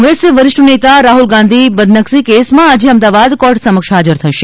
કોંગ્રેસ વરિષ્ઠ નેતા રાહ્રલ ગાંધી બદનક્સી કેસમાં આજે અમદાવાદ કોર્ટ સમક્ષ હાજર થશે